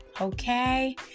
Okay